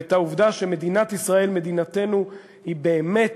ואת העובדה שמדינת ישראל מדינתנו היא באמת